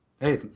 Hey